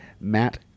Matt